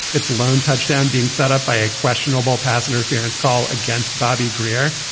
it's lone touchdown being setup by a questionable pass interference call against bobby greer,